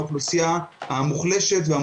כולל ארבע חפיסות של סיגריות נמכר ב-50 ש"ח בגלל